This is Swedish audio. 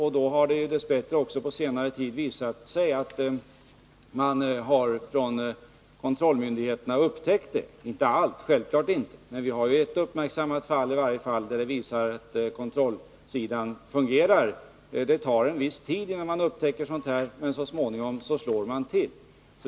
Då har det på senare tid dess bättre visat sig att man från kontrollmyndigheternas sida upptäckt saken, även om det självfallet inte gäller allt. Men vi har i varje fall ett uppmärksammat fall som visar att kontrollsidan fungerar. Det tar en viss tid innan man upptäcker sådant här, men så småningom slår man till.